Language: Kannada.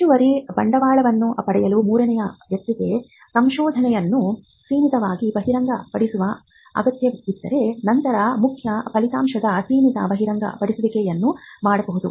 ಹೆಚ್ಚುವರಿ ಬಂಡವಾಳವನ್ನು ಪಡೆಯಲು ಮೂರನೇ ವ್ಯಕ್ತಿಗೆ ಸಂಶೋಧನೆಯನ್ನು ಸೀಮಿತವಾಗಿ ಬಹಿರಂಗಪಡಿಸುವ ಅಗತ್ಯವಿದ್ದರೆ ನಂತರ ಮುಖ್ಯ ಫಲಿತಾಂಶದ ಸೀಮಿತ ಬಹಿರಂಗಪಡಿಸುವಿಕೆಯನ್ನು ಮಾಡಬಹುದು